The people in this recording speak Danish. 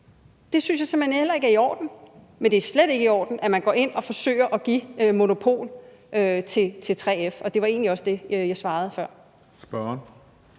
synes jeg simpelt hen heller ikke er i orden. Men det er slet ikke i orden, at man går ind og forsøger at give monopol til 3F, og det var egentlig også det, jeg svarede før.